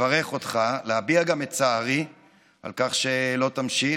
לברך אותך וגם להביע את צערי על כך שלא תמשיך.